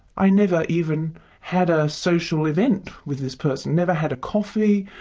i never even had a social event with this person, never had a coffee,